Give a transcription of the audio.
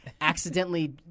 accidentally